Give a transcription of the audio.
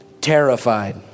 terrified